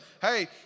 hey